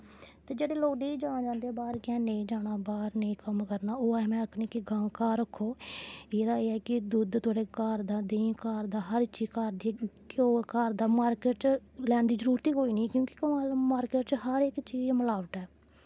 ते जेह्ड़े लोग ठीक जंदे बाह्र नेईं जाना बाह्र नेईं कम्म करना ओह् में आक्खनी कि गां घर रक्खो एह्दा एह् ऐ कि दुद्ध तोआढ़े घर दा देहीं तोआढ़े घर दा हर इक चीज घर दा घ्योऽ घर दा मार्किट च लैने दी जरूरत ही कोई निं क्योंकि मार्किट च हर इक चीज च मलावट ऐ